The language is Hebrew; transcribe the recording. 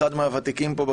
אחד מהוותיקים פה,